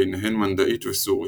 ביניהן מנדעית וסורית,